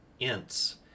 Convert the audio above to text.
ints